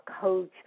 coach